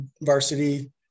varsity